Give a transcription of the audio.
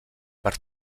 per